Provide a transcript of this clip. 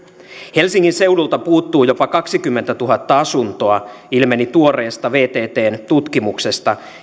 helsingin seudulta puuttuu jopa kaksikymmentätuhatta asuntoa ilmeni tuoreesta vttn tutkimuksesta